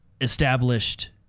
established